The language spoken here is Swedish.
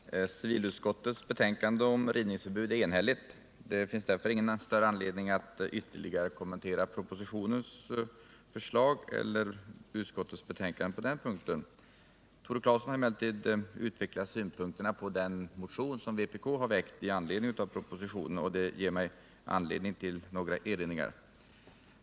Herr talman! Civilutskottets betänkande om rivningsförbud är enhälligt. Det finns därför ingen större anledning att ytterligare kommentera propositionens förslag eller utskottsbetänkandet. Tore Claeson har emellertid utvecklat synpunkterna i den motion som vpk har väckt med anledning av propositionen. Det ger mig anledning till några erinringar.